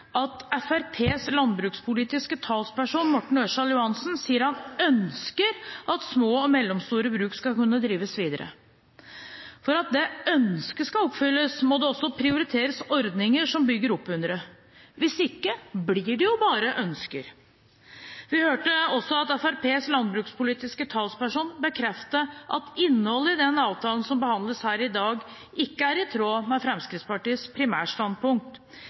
at Fremskrittspartiets landbrukspolitiske talsperson, Morten Ørsal Johansen, sier han ønsker at små og mellomstore bruk skal kunne drives videre. For at det ønsket skal oppfylles, må det også prioriteres ordninger som bygger opp under det. Hvis ikke blir det bare ønsker. Vi hørte at Fremskrittspartiets landbrukspolitiske talsperson bekreftet at innholdet i den avtalen som behandles her i dag, ikke er i tråd med Fremskrittspartiets